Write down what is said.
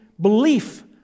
belief